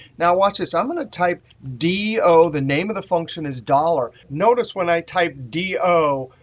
now watch this. i'm going to type d o. the name of the function is dollar. notice, when i type d o,